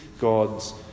God's